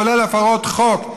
כולל הפרות חוק,